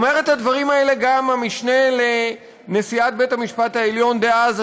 אמר את הדברים האלה גם המשנה לנשיאת בית-המשפט העליון דאז,